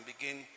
begin